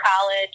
college